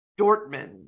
dortmund